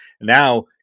now